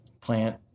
plant